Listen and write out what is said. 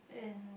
and